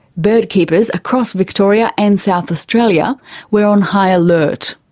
bird keepers across victoria and south australia were on high alert.